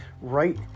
right